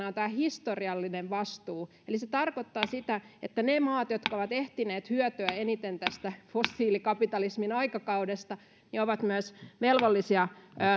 on tämä historiallinen vastuu eli se tarkoittaa sitä että ne maat jotka ovat ehtineet hyötyä eniten tästä fossiilikapitalismin aikakaudesta ovat myös velvollisia